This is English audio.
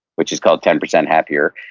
which is called, ten percent happier.